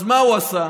אז מה הוא עשה?